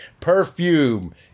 Perfume